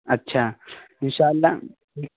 اچھا ان شاء اللہ